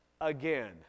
again